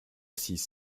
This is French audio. six